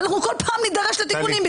אנחנו כל פעם נידרש לתיקונים.